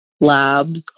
labs